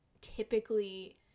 typically